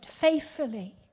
faithfully